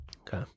Okay